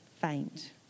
faint